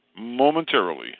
momentarily